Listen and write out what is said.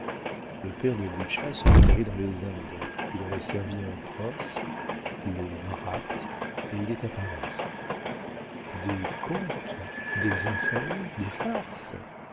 le père de butscha serait allé dans les indes il aurait servi un prince les marattes et il est à paris des contes des infamies des farces